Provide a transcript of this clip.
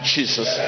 Jesus